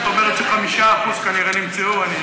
זאת אומרת ש-5% כנראה נמצאו.